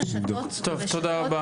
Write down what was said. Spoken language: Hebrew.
טוב, תודה רבה.